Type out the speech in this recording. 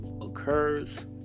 occurs